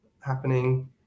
happening